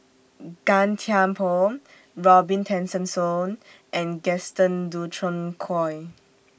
Gan Thiam Poh Robin Tessensohn and Gaston Dutronquoy